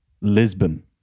Lisbon